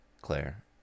Claire